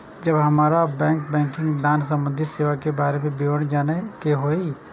जब हमरा गैर बैंकिंग धान संबंधी सेवा के बारे में विवरण जानय के होय?